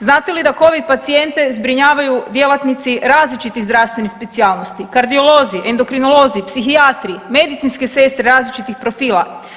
Znate li da Covid pacijente zbrinjavaju djelatnici različitih zdravstvenih specijalnosti, kardiolozi, endokrinolozi, psihijatri, medicinske sestre različitih profila.